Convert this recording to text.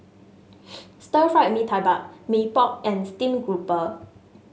Stir Fried Mee Tai Bak Mee Pok and Steamed Grouper